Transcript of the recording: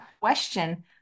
question